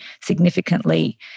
significantly